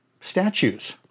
statues